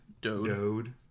Dode